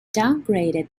downgraded